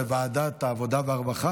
לוועדה שתקבע ועדת הכנסת נתקבלה.